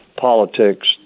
politics